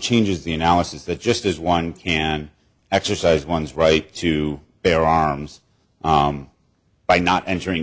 changes the analysis is that just as one can exercise one's right to bear arms by not entering